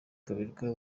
kaberuka